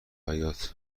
حباط